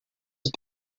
had